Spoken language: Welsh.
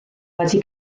wedi